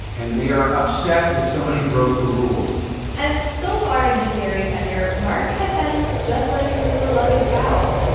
and they are upset that somebody broke the rules and so far in his dairy tenure, mark had been just like his beloved cows.